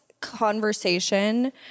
conversation